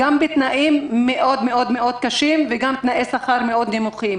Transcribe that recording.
גם בתנאים מאוד מאוד מאוד קשים וגם בשכר נמוך מאוד.